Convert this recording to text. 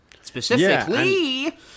Specifically